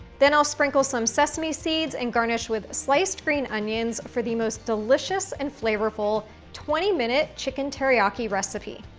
then, i'll sprinkle some sesame seeds and garnish with sliced green onions for the most delicious and flavorful twenty minute chicken teriyaki recipe.